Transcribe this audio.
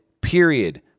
period